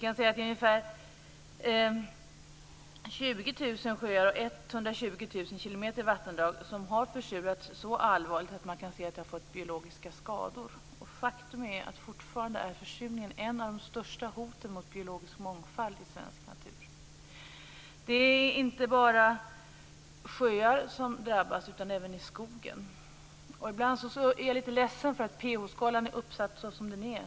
Det är ungefär 20 000 sjöar och 120 000 kilometer vattendrag som har försurats så allvarligt att man kan se att det har gett biologiska skador. Faktum är att försurningen fortfarande är ett av de största hoten mot biologisk mångfald i svensk natur. Det är inte bara sjöar som drabbas utan även skogen. Ibland är jag litet ledsen för att pH-skalan är uppsatt som den är.